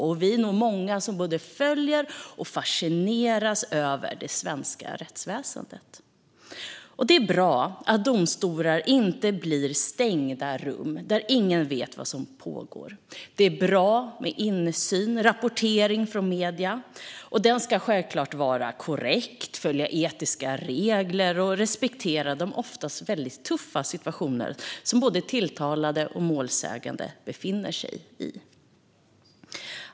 Och vi är nog många som både följer och fascineras av det svenska rättsväsendet. Det är bra att domstolar inte blir stängda rum där ingen vet vad som pågår. Det är bra med insyn och rapportering från medier. Den ska självklart vara korrekt, följa etiska regler och respektera de ofta väldigt tuffa situationer som både tilltalade och målsägande befinner sig i.